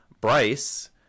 Bryce